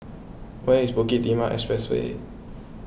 where is Bukit Timah Expressway